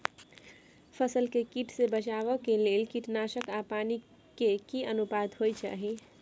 फसल के कीट से बचाव के लेल कीटनासक आ पानी के की अनुपात होय चाही?